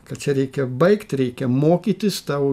kad čia reikia baigt reikia mokytis tau